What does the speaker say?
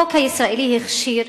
החוק הישראלי הכשיר